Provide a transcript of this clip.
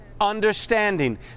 Understanding